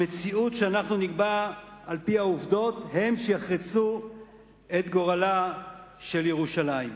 המציאות שאנחנו נקבע על-פי העובדות היא שתחרוץ את גורלה של ירושלים.